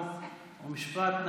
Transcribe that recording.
חוק ומשפט.